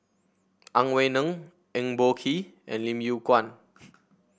Ang Wei Neng Eng Boh Kee and Lim Yew Kuan